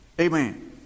Amen